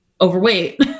overweight